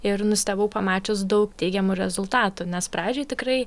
ir nustebau pamačius teigiamų rezultatų nes pradžioj tikrai